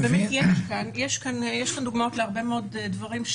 יש דוגמאות להרבה מאוד דברים,